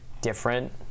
different